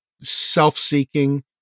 self-seeking